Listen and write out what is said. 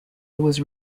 was